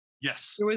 Yes